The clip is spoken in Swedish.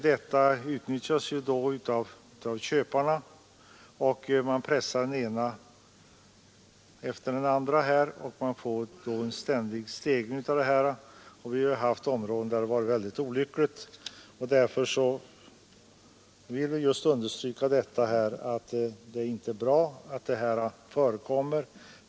Detta utnyttjas av köparna, som pressar den ena säljaren efter den andra, och man får på det viset en ständig stegring. Det finns områden där detta fått mycket olyckliga följder. Därför understryker vi att det inte är bra att detta förekommer.